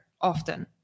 often